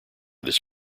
this